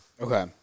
Okay